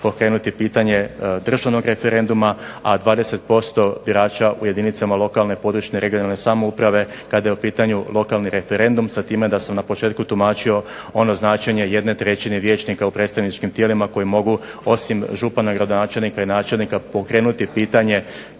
pokrenuti pitanje državnog referenduma a 20% birača u jedinicama lokalne i područne (regionalne) samouprave kada je u pitanju lokalni referendum sa time da sam na početku tumačio ono značenje 1/3 vijećnika u predstavničkim tijelima koji mogu osim župana, gradonačelnika i načelnika pokrenuti pitanje,